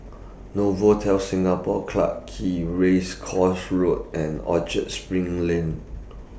Novotel Singapore Clarke Quay Race Course Road and Orchard SPRING Lane